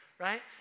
right